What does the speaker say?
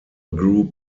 group